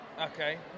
okay